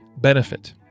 benefit